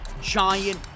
giant